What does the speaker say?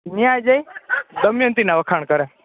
ત્યાં જઈ દમયંતીના વખાણ કરે